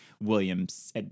Williams